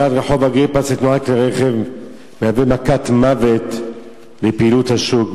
וכי סגירת רחוב אגריפס לתנועת כלי-רכב מהווה מכת מוות לפעילות השוק.